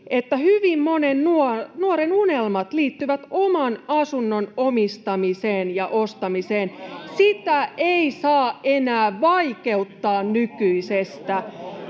että hyvin monen nuoren unelmat liittyvät oman asunnon omistamiseen ja ostamiseen, sitä ei saa enää vaikeuttaa nykyisestä.